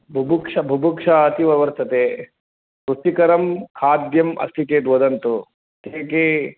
बुभुक्षा बुभुक्षा अतीव वर्तते रुचिकरं खाद्यम् अस्ति चेत् वदन्तु के के